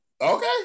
Okay